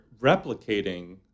replicating